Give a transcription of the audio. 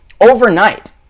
overnight